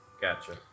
Gotcha